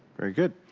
very good.